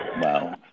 Wow